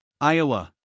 Iowa